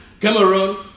Cameroon